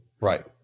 Right